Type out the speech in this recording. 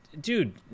dude